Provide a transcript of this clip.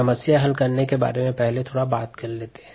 समस्या हल करने के बारे में पहले थोड़ा बात करते हैं